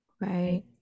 Right